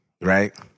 right